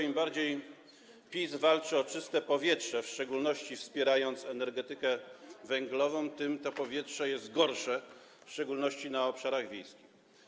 Im bardziej PiS walczy o czyste powietrze, w szczególności wspierając energetykę węglową, tym to powietrze jest gorsze, w szczególności na obszarach wiejskich.